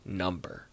number